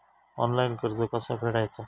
Online कर्ज कसा फेडायचा?